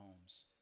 homes